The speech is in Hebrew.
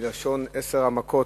מלשון "עשר המכות",